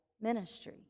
ministry